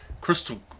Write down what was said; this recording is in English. crystal